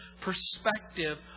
perspective